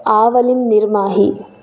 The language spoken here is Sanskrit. आवलिं निर्माहि